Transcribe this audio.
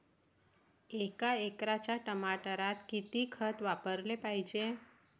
एका एकराच्या टमाटरात किती खत वापराले पायजे?